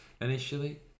initially